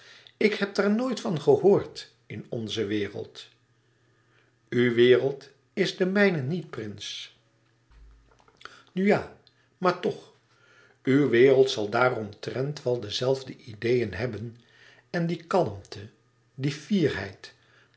ik heb daar nooit van gehoord in onze wereld uw wereld is de mijne niet prins na ja maar toch uw wereld zal daaromtrent wel de zelfde ideeën hebben en die kalmte die fierheid